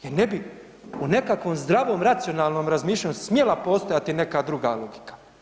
Jer ne bi u nekakvom zdravom racionalnom razmišljanju smjela postojati neka druga logika.